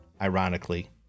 ironically